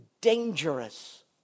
dangerous